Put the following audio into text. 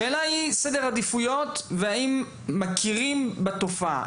השאלה היא לגבי סדר עדיפויות והאם מכירים בתופעה.